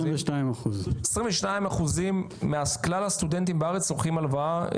22%. 22% מכלל הסטודנטים בארץ לוקחים הלוואה.